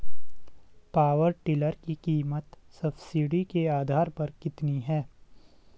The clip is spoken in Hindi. पावर टिलर की कीमत सब्सिडी के आधार पर कितनी है?